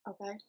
Okay